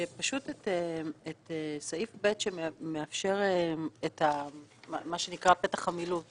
שפשוט את סעיף ב שמאפשר את פתח המילוט,